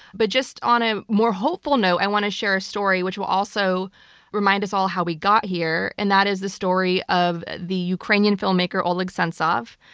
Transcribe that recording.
but just on a more hopeful note i want to share a story which will also remind us all how we got here. and that is the story of the ukrainian filmmaker oleg sentsov.